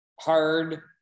hard